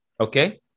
okay